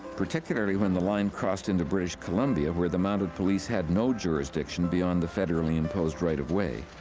particularly when the line crossed into british columbia where the mounted police had no jurisdiction beyond the federally imposed right-of-way.